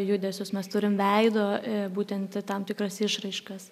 judesius mes turim veido būtent tam tikras išraiškas